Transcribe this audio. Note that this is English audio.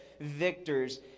victors